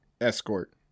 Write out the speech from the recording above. escort